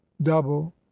double